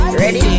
ready